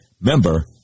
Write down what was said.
Member